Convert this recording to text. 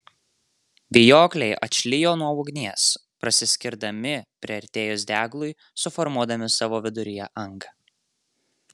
vijokliai atšlijo nuo ugnies prasiskirdami priartėjus deglui suformuodami savo viduryje angą